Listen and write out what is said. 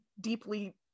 deeply